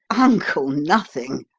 uncle nothing!